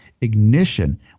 ignition